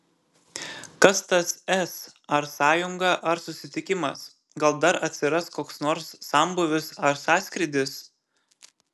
kas tas s ar sąjunga ar susitikimas gal dar atsiras koks nors sambūvis ar sąskrydis